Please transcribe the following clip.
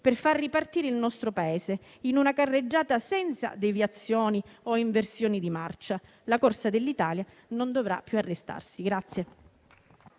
per far ripartire il nostro Paese in una carreggiata senza deviazioni o inversioni di marcia. La corsa dell'Italia non dovrà più arrestarsi.